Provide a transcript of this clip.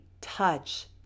touch